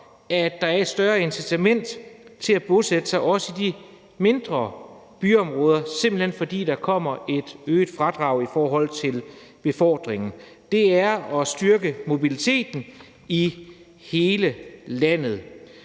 at der er et større incitament til at bosætte sig også i de mindre byområder, simpelt hen fordi der kommer et øget fradrag i forhold til befordring. Det er at styrke mobiliteten i hele landet.